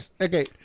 Okay